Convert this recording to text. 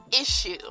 issue